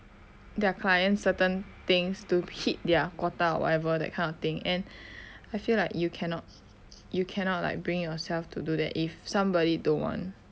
their clients certain things to hit their quota or whatever that kind of thing and I feel like you cannot you cannot like bringing yourself to do that if somebody don't want